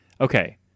okay